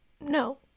No